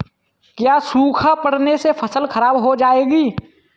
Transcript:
क्या सूखा पड़ने से फसल खराब हो जाएगी?